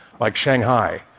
like shanghai.